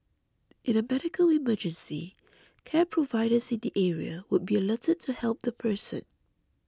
in a medical emergency care providers in the area would be alerted to help the person